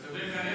אתה צודק.